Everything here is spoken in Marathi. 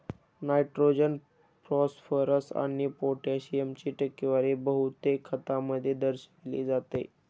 नायट्रोजन, फॉस्फरस आणि पोटॅशियमची टक्केवारी बहुतेक खतांमध्ये दर्शविली जाते